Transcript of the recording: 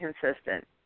consistent